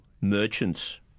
merchants